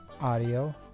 Audio